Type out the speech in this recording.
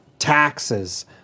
taxes